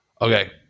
Okay